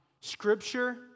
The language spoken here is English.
Scripture